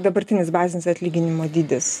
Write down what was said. dabartinis bazinis atlyginimo dydis